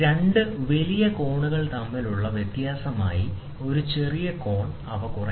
രണ്ട് വലിയ കോണുകൾ തമ്മിലുള്ള വ്യത്യാസമായി ഒരു ചെറിയ കോണായി അവ കുറയ്ക്കാം